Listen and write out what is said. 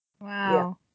Wow